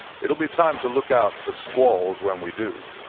it will be time to look out for squalls when we do.